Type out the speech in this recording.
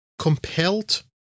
compelled